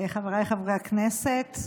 חבריי חברי הכנסת,